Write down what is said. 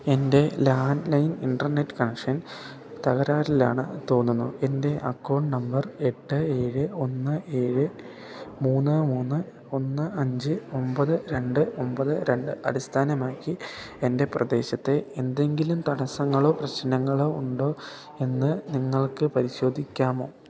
എൻ്റെ land line internet connection തകരാറിലാണ് തോന്നുന്നു എൻ്റെ അക്കൗണ്ട് നമ്പർ എട്ട് ഏഴ് ഒന്ന് ഏഴ് മൂന്ന് മൂന്ന് ഒന്ന് അഞ്ച് ഒമ്പത് രണ്ട് ഒമ്പത് രണ്ട് അടിസ്ഥാനമാക്കി എൻ്റെ പ്രദേശത്തെ എന്തെങ്കിലും തടസ്സങ്ങളോ പ്രശ്നങ്ങളോ ഉണ്ടോ എന്ന് നിങ്ങൾക്ക് പരിശോധിക്കാമോ